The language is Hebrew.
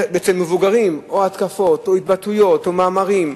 אצל מבוגרים, או התקפות או התבטאויות או מאמרים,